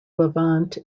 levant